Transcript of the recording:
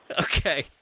Okay